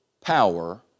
power